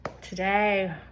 Today